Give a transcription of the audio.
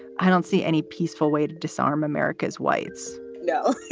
i don't see any peaceful way to disarm america's whites no,